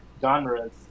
genres